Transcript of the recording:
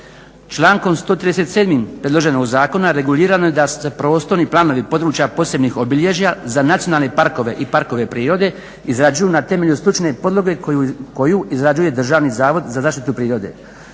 Člankom 137. predloženog zakona regulirano je da se prostorni planovi područja posebnih obilježja za nacionalne parkove i parkove prirode izrađuju na temelju stručne podloge koju izrađuje Državni zavod za zaštitu prirode.